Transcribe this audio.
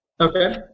Okay